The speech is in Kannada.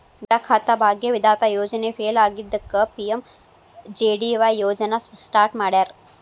ಮೇರಾ ಖಾತಾ ಭಾಗ್ಯ ವಿಧಾತ ಯೋಜನೆ ಫೇಲ್ ಆಗಿದ್ದಕ್ಕ ಪಿ.ಎಂ.ಜೆ.ಡಿ.ವಾಯ್ ಯೋಜನಾ ಸ್ಟಾರ್ಟ್ ಮಾಡ್ಯಾರ